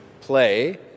play